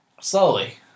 Slowly